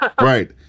Right